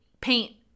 paint